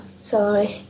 sorry